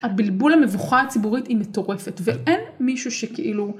הבלבול המבוכה הציבורית היא מטורפת ואין מישהו שכאילו..